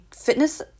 fitness